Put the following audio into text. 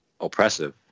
oppressive